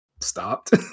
stopped